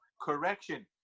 correction